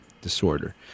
disorder